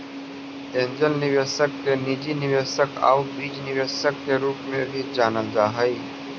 angel निवेशक के निजी निवेशक आउ बीज निवेशक के रूप में भी जानल जा हइ